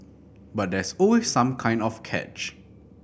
but there's always some kind of catch